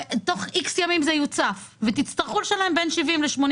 תוך X ימים זה יוצף ותצטרכו לשלם בין 70 ל-80